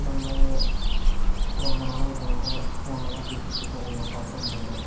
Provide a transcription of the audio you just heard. நம்ம ரொம்ப நாளாக ஒருத்தங்கள்ட்ட ஃபோனில்தான் பேசிக்கிட்டிருக்கோம் அவங்கள பார்க்க முடியல